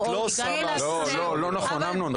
לא נכון,